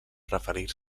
referir